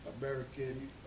American